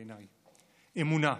בעיניי: אמונה.